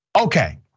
Okay